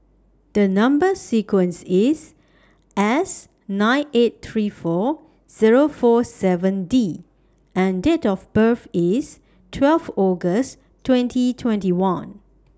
The Number sequence IS S nine eight three two Zero four seven D and Date of birth IS twelve August twenty twenty one